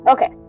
Okay